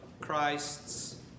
Christ's